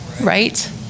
Right